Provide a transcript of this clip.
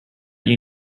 you